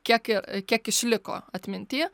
kiek kiek išliko atminty